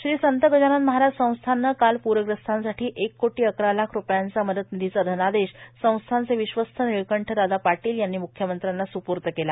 श्री संत गजानन महाराज संस्थानने काल प्रग्रस्तांसाठी एक कोटी अकरा लाख रुपयांचा मदत निधीचा धनादेश संस्थानचे विश्वस्त निळकंठ दादा पाटील यांनी म्ख्यमंत्र्यांना सुपूर्द केला